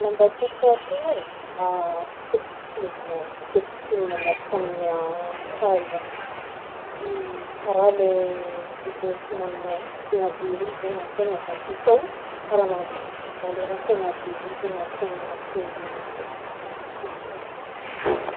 Lamba tiako atô e, costumes regny, costumes miaraka amy talons karaha le businesswoman henjagna be regny zagny antegna avy ake kô karaha mampiakatry valeurantegna be zegny antegna agnatin'ny lamba iny, magnagno karaha zegny.